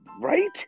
right